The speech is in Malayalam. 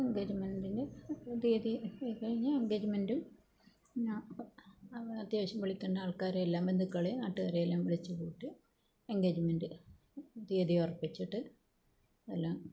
എൻഗേജ്മെൻറ്റിന് തീയതി എടുത്തു കഴിഞ്ഞാ എൻഗേജ്മെൻറ്റും പിന്നെ അത്യാവശ്യം വിളിക്കേണ്ട ആൾക്കാരെയെല്ലാം ബന്ധുക്കളെയും നാട്ടുകാരെയും എല്ലാം വിളിച്ചു കൂട്ടി എൻഗേജ്മെൻ്റ് തീയതി ഉറപ്പിച്ചിട്ട് എല്ലാം